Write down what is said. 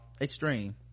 extreme